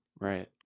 Right